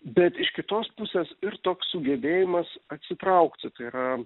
bet iš kitos pusės ir toks sugebėjimas atsitraukti tai yra